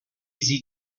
sie